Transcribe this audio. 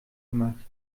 gemacht